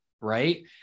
right